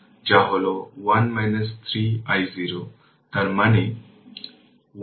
সুতরাং এখানে কিছুই থাকবে না এবং isc হবে সহজভাবে 4 অ্যাম্পিয়ার